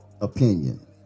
opinion